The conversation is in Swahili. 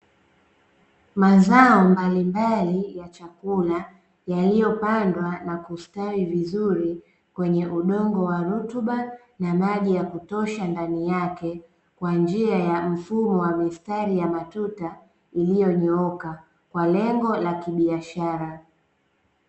Mazao mbalimbali ya chakula yaliyopandwa na kustawi vizuri kwenye udongo wa rutuba na maji ya kutosha ndani yake, kwa njia ya mfumo wa mistari ya matuta iliyo nyooka kwa lengo la kibiashara.